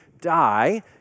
die